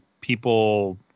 people